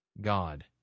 God